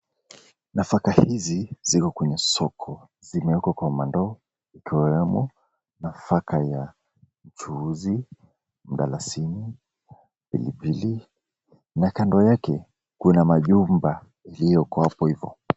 Nafaka hizi ziko kwenye soko. Zimewekwa kwa mandoo ikiwemo nafaka ya mchuzi, mdalasini, pilipili na kando yake kuna majumba ilioko hapo hivyo.